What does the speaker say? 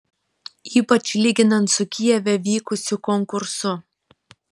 ypač lyginant su kijeve vykusiu konkursu